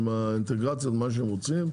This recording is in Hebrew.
עם האינטגרציות מה שהם רוצים,